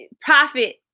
profit